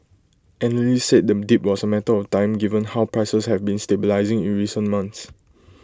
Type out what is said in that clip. analysts said the dip was A matter of time given how prices have been stabilising in recent months